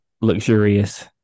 luxurious